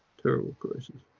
terrible crisis,